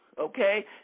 Okay